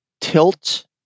tilt